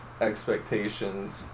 expectations